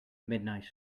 midnight